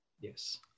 yes